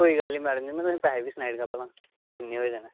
कोई गल्ल निं मैडम जी में तुसेंगी पैसे बी सनाई देगा भला इंया गै जाना